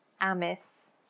Amis